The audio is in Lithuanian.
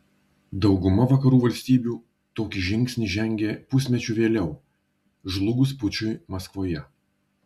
dauguma vakarų valstybių tokį žingsnį žengė pusmečiu vėliau žlugus pučui maskvoje